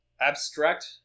abstract